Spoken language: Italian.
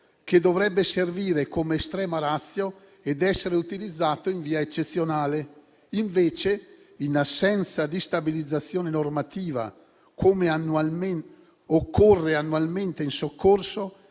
che dovrebbe servire come *extrema ratio* ed essere utilizzato in via eccezionale. Invece, in assenza di stabilizzazione normativa, occorre annualmente in soccorso